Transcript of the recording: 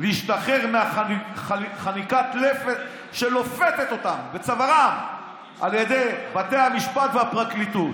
להשתחרר מחניקת הלפת שלופתת אותם בצווארם על ידי בתי המשפט והפרקליטות.